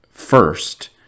first